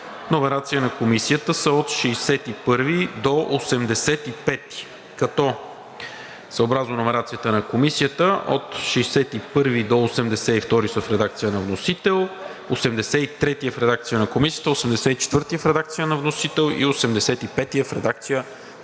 номерация на Комисията са от § 61 до § 85, като съобразно номерацията на Комисията от § 61 до § 82 са в редакция на вносител; § 83 е в редакция на Комисията; § 84 е в редакция на вносител и § 85 е в редакция на Комисията.